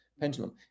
pendulum